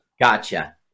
Gotcha